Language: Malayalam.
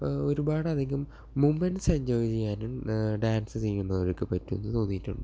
ഒരുപാടധികം മൊമെൻറ്റ്സ് എൻജോയ് ചെയ്യാനും ഡാൻസ് ചെയ്യുന്നവർക്ക് പറ്റും എന്നു തോന്നിയിട്ടുണ്ട്